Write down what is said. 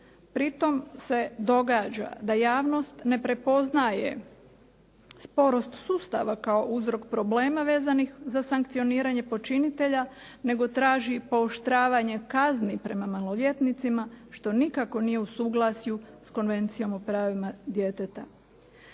Pri tom se događa da javnost ne prepoznaje sporost sustava kao uzrok problema vezanih za sankcioniranje počinitelja, nego traži pooštravanje kazni prema maloljetnicima što nikako nije u suglasju s Konvencijom o pravima djeteta.